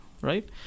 right